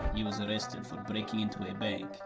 he was arrested for breaking into a bank.